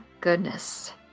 goodness